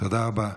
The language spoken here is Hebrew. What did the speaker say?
תודה רבה.